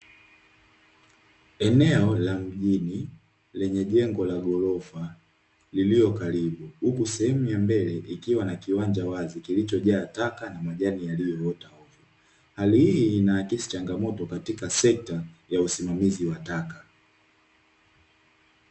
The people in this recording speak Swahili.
Eneo la mjini lenye jengo la ghorofa lililo karibu huku sehemu ya mbele ikiwa na kiwanja wazi kilichojaa taka na majani yaliyoota hovyo. Hali hii inaakisi changamoto katika sekta ya usimamizi wa taka.